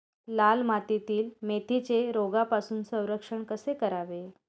लाल मातीतील मेथीचे रोगापासून संरक्षण कसे करावे?